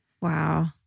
Wow